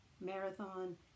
marathon